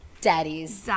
daddies